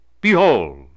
Behold